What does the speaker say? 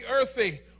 earthy